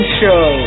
show